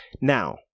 Now